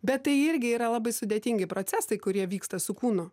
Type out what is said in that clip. bet tai irgi yra labai sudėtingi procesai kurie vyksta su kūnu